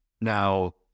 now